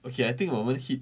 okay I think 我们 hit